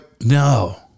No